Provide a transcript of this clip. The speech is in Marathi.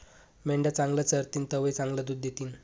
मेंढ्या चांगलं चरतीन तवय चांगलं दूध दितीन